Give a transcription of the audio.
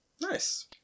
Nice